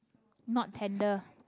not tender